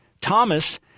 Thomas